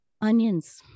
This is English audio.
Onions